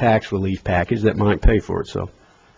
tax relief package that might pay for itself